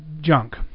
junk